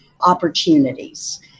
opportunities